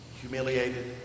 humiliated